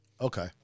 Okay